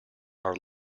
are